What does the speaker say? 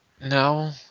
No